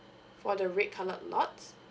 for the red colour lots